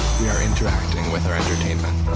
we are interacting with our entertainment.